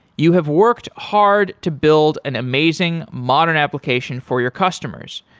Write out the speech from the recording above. you have worked hard to build an amazing modern application for your customers.